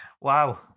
Wow